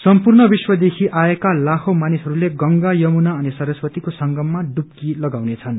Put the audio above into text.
सम्पूर्ण विश्वदेखि लाखौं मानिसहरू गंगा यमुना अनि सरस्वतीको संगममा डुब्की लगाउनेछन्